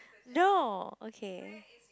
no okay